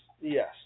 Yes